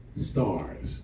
stars